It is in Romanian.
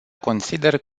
consider